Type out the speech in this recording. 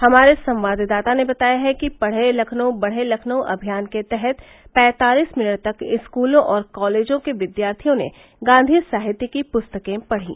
हमारे संवाददाता ने बताया है कि पढ़े लखनऊ बढ़े लखनऊ अभियान के तहत पैंतालीस मिनट तक स्कूलों और कॉलेजों के विधार्थियों ने गांधी साहित्य की पुस्तकें पढ़ी